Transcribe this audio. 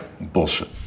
bullshit